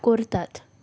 करतात